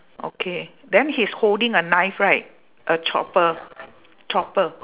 okay then he's holding a knife right a chopper chopper